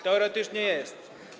Teoretycznie jest.